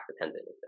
dependent